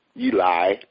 Eli